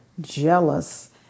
jealous